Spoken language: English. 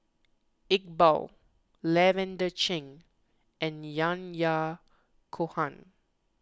Iqbal Lavender Chang and Yahya Cohen